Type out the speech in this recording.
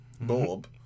Bob